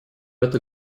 это